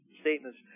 statements